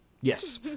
yes